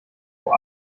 vor